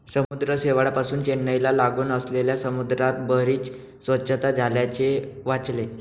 समुद्र शेवाळापासुन चेन्नईला लागून असलेल्या समुद्रात बरीच स्वच्छता झाल्याचे वाचले